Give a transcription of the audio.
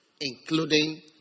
including